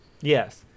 yes